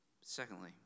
Secondly